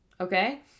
okay